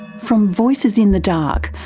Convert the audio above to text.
from voices in the dark,